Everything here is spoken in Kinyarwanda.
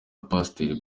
pasiteri